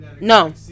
no